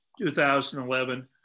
2011